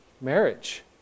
marriage